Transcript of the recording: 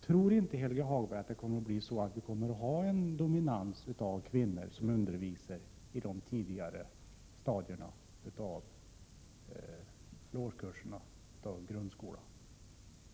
Tror inte Helge Hagberg att det med denna tjänstekonstruktion blir en dominans av kvinnor som undervisar i de tidigare årskurserna i grundskolan?